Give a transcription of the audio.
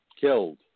killed